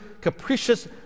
capricious